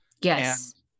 Yes